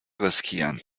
riskieren